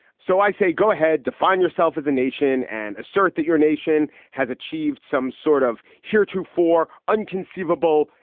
so i say go ahead, define yourself as a nation and assert that your nation has achieved some sort of heretofore unconceivable,